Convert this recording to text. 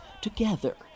together